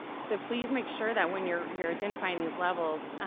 so please make sure that when you're you're identifying these levels,